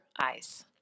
eyes